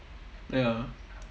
ya